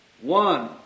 One